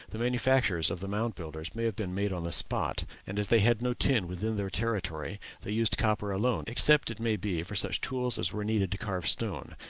the manufactures of the mound builders may have been made on the spot and as they had no tin within their territory they used copper alone, except, it may be, for such tools as were needed to carve stone,